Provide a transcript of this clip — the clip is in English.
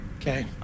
Okay